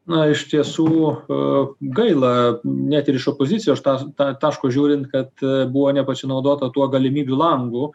na iš tiesų gaila net ir iš opozicijos aš tą tą taško žiūrint kad buvo nepasinaudota tuo galimybių langu